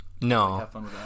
No